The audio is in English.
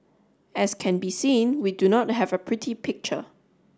as can be seen we do not have a pretty picture